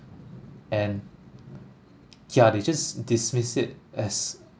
and yeah they just dismiss it as